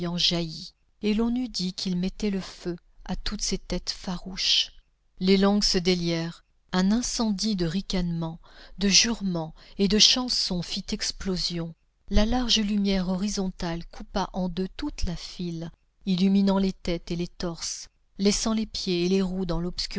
et l'on eût dit qu'il mettait le feu à toutes ces têtes farouches les langues se délièrent un incendie de ricanements de jurements et de chansons fit explosion la large lumière horizontale coupa en deux toute la file illuminant les têtes et les torses laissant les pieds et les roues dans